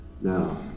now